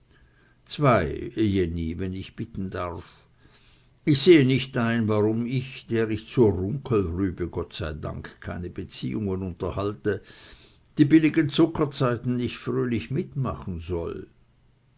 zwei jenny wenn ich bitten darf ich sehe nicht ein warum ich der ich zur runkelrübe gott sei dank keine beziehungen unterhalte die billigen zuckerzeiten nicht fröhlich mitmachen soll